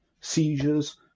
seizures